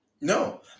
No